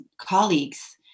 colleagues